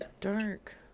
dark